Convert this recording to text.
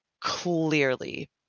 clearly